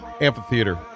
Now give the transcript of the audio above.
amphitheater